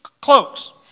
cloaks